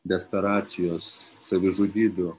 desperacijos savižudybių